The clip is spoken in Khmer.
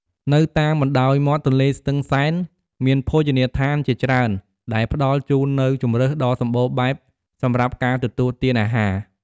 នៅតាមបណ្ដោយមាត់ទន្លេស្ទឹងសែន មានភោជនីយដ្ឋានជាច្រើនដែលផ្តល់ជូននូវជម្រើសដ៏សម្បូរបែបសម្រាប់ការទទួលទានអាហារ។